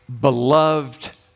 beloved